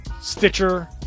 Stitcher